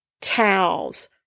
towels